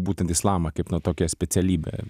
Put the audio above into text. būtent islamą kaip no tokia specialybė